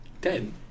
ten